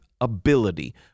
ability